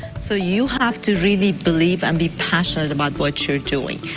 so you have to really believe and be passionate about what you're doing.